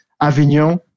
Avignon